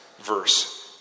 verse